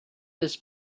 this